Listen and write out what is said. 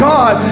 God